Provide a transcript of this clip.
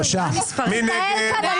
מי נגד?